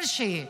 כלשהי.